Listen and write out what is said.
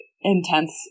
intense